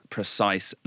Precise